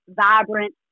vibrant